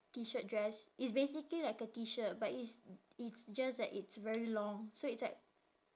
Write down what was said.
T shirt dress it's basically like a T shirt but it's it's just that it's very long so it's like